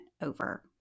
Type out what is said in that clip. over